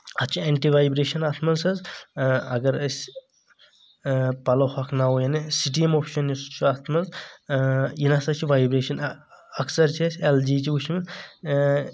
اَتھ چھ anti vibration اَتھ منٛز حظ اگر أسۍ پَلو ہۄکھناوو یعنی سٹیٖم آپشن یُس چھُ اَتھ منٛز یہِ نہ سا چھِ ویبریشن اکثر چھ أسۍ اٮ۪ل جی چھ وُچھان